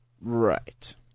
Right